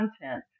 content